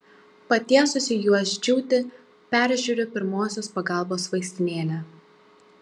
patiesusi juos džiūti peržiūriu pirmosios pagalbos vaistinėlę